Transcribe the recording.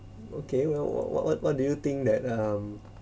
okay well what what what what do you think that um